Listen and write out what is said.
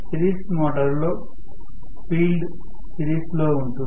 series మోటారులో field సిరీస్లో ఉంటుంది